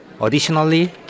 Additionally